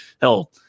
hell